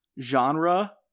genre